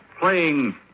playing